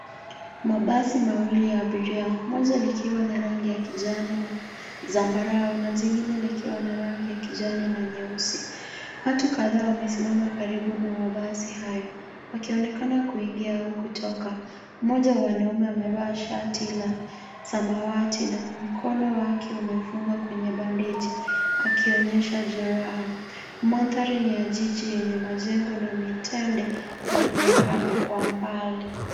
Mabasi mawili ya abiria, moja likiwa na rangi ya kijani na zambarau na zingine likiwa na rangi ya kijani na nyeusi. Watu kadhaa wamesimama karibu na mabasi hayo ya wakionekana wakiingia na kutoka. Mmoja wa wanaume amevaa shati la samawati na mkono wake umefungwa kwenye bandeji akionyesha jeraha. Mandhari ni ya jiji yenye majengo na mitende inaonekana kwa mbali.